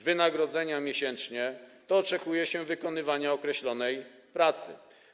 wynagrodzenia miesięcznie, to oczekuje się od niego wykonywania określonej pracy.